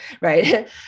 right